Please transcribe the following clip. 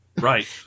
Right